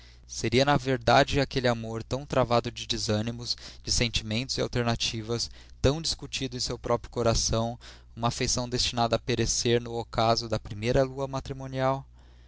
seria na verdade aquele amor tão travado de desânimos dissentimentos e alternativas tão discutido em seu próprio coração uma afeição destinada a perecer no ocaso da primeira lua matrimonial